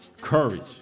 courage